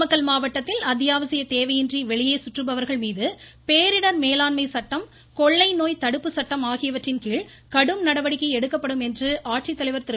நாமக்கல் மாவட்டத்தில் அத்தியாவசிய தேவையின்றி வெளியே சுற்றுபவர்கள் மீது பேரிடர் மேலாண்மை சட்டம் கொள்ளை நோய் தடுப்புச் சட்டம் ஆகியவற்றின் கீழ் கடும் நடவடிக்கை எடுக்கப்படும் என்று ஆட்சித்தலைவர் திரு